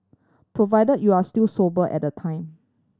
provide you were still sober at the time